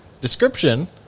description